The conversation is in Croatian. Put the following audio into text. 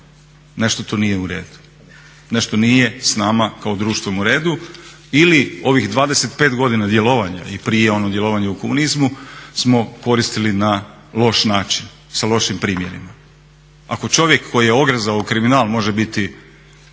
Nešto tu nije uredu, nešto nije s nama kao društvom uredu ili ovih 25 godina djelovanja i prije ono djelovanje u komunizmu smo koristili na loš način sa lošim primjerima. Ako čovjek koji je ogrezao u kriminal može biti